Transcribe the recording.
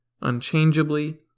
unchangeably